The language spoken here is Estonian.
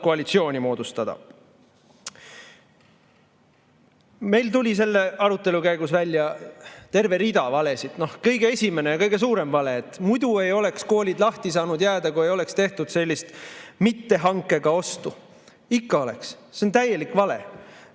koalitsiooni moodustada. Meil tuli selle arutelu käigus välja terve rida valesid. Kõige esimene ja kõige suurem vale on, et muidu ei oleks koolid lahti saanud jääda, kui ei oleks tehtud sellist mittehankega ostu. Ikka oleks! See on täielik vale.